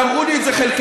ואמרו לי את זה חלקכם,